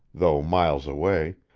though miles away,